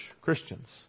Christians